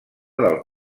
del